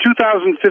2015